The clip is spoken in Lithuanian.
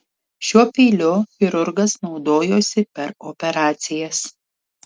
šiuo peiliu chirurgas naudojosi per operacijas